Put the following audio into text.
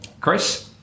Chris